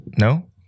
No